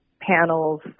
panels